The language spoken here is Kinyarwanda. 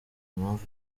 impamvu